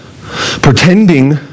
pretending